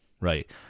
Right